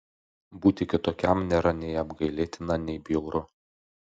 būti kitokiam nėra nei apgailėtina nei bjauru